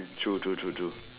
true true true true